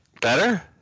Better